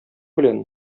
белән